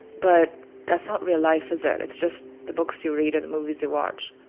but that's not real life, is it? it's just the books you read and the movies you watch